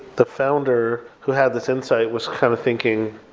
the founder who had this insight was kind of thinking,